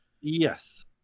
Yes